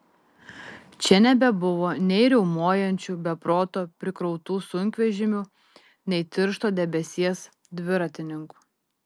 čia nebebuvo nei riaumojančių be proto prikrautų sunkvežimių nei tiršto debesies dviratininkų